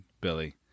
Billy